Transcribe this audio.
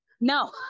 No